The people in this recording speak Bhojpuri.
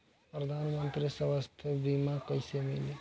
प्रधानमंत्री स्वास्थ्य बीमा कइसे मिली?